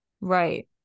Right